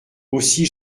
aussi